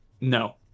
no